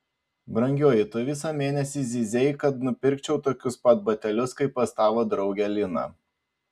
brangioji tu visą mėnesį zyzei kad nupirkčiau tokius pat batelius kaip pas tavo draugę liną